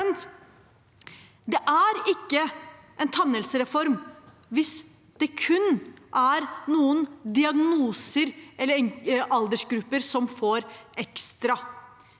Det er ikke en tannhelsereform hvis det kun er noen diagnoser eller aldersgrupper som får noe ekstra.